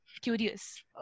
curious